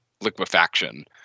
liquefaction